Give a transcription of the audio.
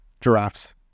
Giraffes